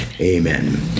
Amen